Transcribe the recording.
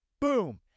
Boom